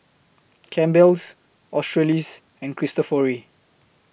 Campbell's Australis and Cristofori